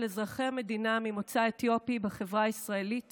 אזרחי ישראל ממוצא אתיופי בחברה הישראלית